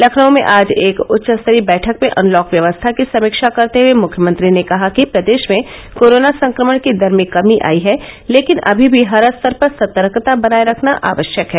लखनऊ में आज एक उच्च स्तरीय बैठक में अनलॉक व्यवस्था की समीक्षा करते हए मुख्यमंत्री ने कहा कि प्रदेश में कोरोना संक्रमण की दर में कमी आयी है लेकिन अमी भी हर स्तर पर सतर्कता बनाए रखना आवश्यक है